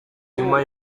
nyuma